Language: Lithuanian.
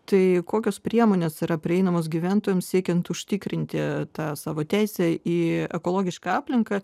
tai kokios priemonės yra prieinamos gyventojams siekiant užtikrinti tą savo teisę į ekologišką aplinką